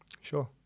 Sure